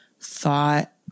thought